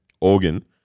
organ